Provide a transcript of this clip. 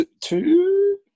two